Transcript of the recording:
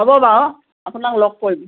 হ'ব বাৰু আপোনাক লগ কৰিম